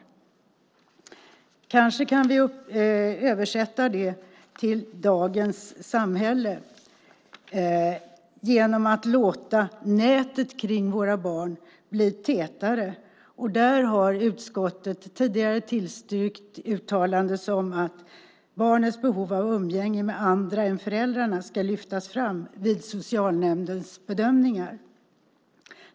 Vi kanske kan översätta det till dagens samhälle genom att låta nätet kring våra barn bli tätare. Utskottet har tidigare tillstyrkt uttalanden som att barnets behov av umgänge med andra än föräldrarna ska lyftas fram vid socialnämndens bedömningar.